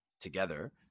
together